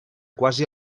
quasi